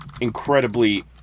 incredibly